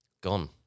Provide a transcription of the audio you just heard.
gone